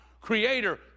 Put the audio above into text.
creator